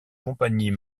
compagnies